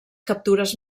captures